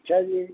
ਅੱਛਾ ਜੀ